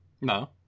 No